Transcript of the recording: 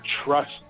trust